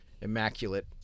immaculate